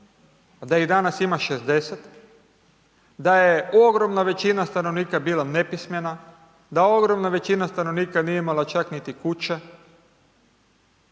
da ih danas ima 60, da je ogromna većina stanovnika bila nepismena, da ogromna većina stanovnika nije imala čak niti kuće,